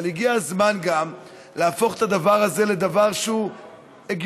הגיע הזמן גם להפוך את הדבר הזה לדבר שהוא הגיוני,